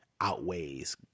outweighs